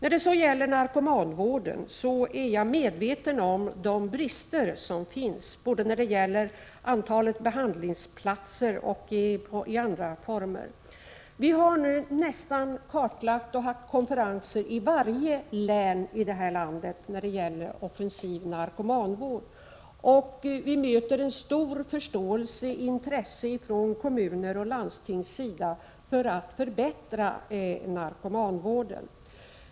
I fråga om narkomanvården är jag medveten om de brister som finns både när det gäller antalet behandlingsplatser och när det gäller andra behandlingsformer. Vi har nu kartlagt och haft konferenser i nästan varje län i landet beträffande offensiv narkomanvård. Vi möter en stor förståelse och ett intresse från kommuners och landstings sida för att förbättra narkomanvården.